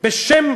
בשם